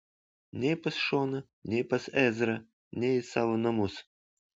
nei pas šoną nei pas ezrą nei į savo namus